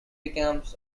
becomes